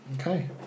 Okay